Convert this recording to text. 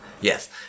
Yes